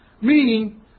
Meaning